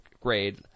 grade –